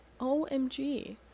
OMG